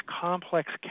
complex